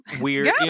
weird